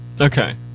Okay